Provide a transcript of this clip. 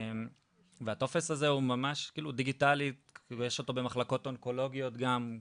והטופס הזה הוא ממש דיגיטלי ויש אותו במחלקות אונקולוגיות גם,